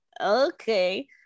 okay